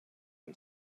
and